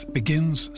begins